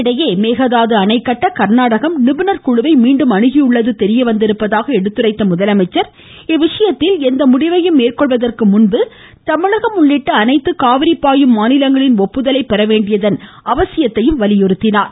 இதனிடையே மேகதாது அணை கட்ட கர்நாடகம் நிபுணர் குழுவை மீண்டும் அணுகியுள்ளது தெரிய வந்திருப்பதாக எடுத்துரைத்த முதலமைச்சர் இவ்விவிஷயத்தில் எந்த முடிவையும் மேற்கொள்வதற்கு மன்னர் தமிழகம் உள்ளிட்ட அனைத்து காவிரி பாயும் மாநிலங்களின் ஒப்புதல் பெற வேண்டியதன் அவசியத்தை சுட்டிக்காட்டினார்